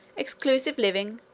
exclusive living,